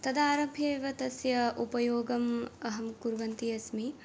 तदा आरभ्य एव तस्य उपयोगम् अहं कुर्वती अस्मि